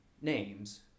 names